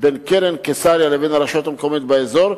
בין קרן קיסריה לבין הרשויות המקומיות באזור,